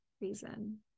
reason